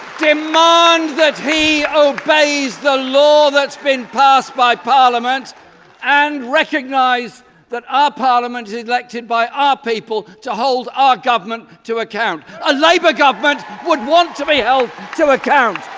demand that he obeys the law that's been passed by parliament and recognise that our parliament is elected by our people to hold our government to account. a labour government would want to be held to account.